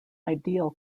ideal